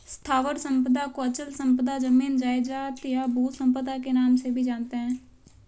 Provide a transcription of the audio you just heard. स्थावर संपदा को अचल संपदा, जमीन जायजाद, या भू संपदा के नाम से भी जानते हैं